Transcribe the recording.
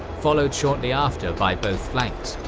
followed shortly after by both flanks.